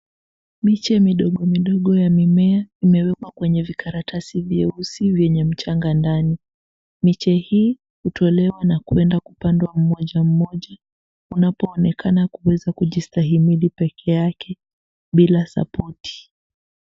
Miche midogo midogo ya mimea imewekwa kwenye vikaratasi vyeusi vyenye mchanga ndani. Miche hii hutolewa na kuenda kupandwa mmoja mmoja unapoonekana kuweza kujistahimidi pekee yake bila sapoti.